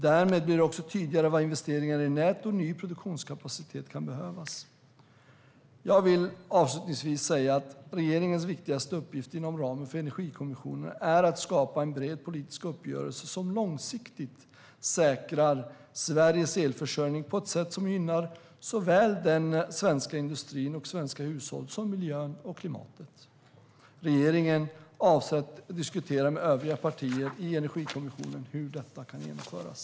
Därmed blir det tydligt var investeringar i nät och ny produktionskapacitet kan behövas. Jag vill avslutningsvis säga att regeringens viktigaste uppgift inom ramen för Energikommissionen är att skapa en bred politisk uppgörelse som långsiktigt säkrar Sveriges elförsörjning på ett sätt som gynnar såväl den svenska industrin och svenska hushåll som miljön och klimatet. Regeringen avser att diskutera med övriga partier i Energikommissionen hur detta kan genomföras.